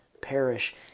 perish